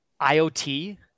IoT